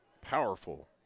Powerful